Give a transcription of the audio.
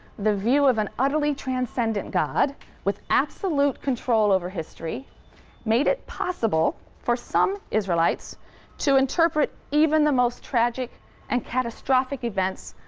the view of an utterly transcendent god with absolute control over history made it possible for some israelites to interpret even the most tragic and catastrophic events,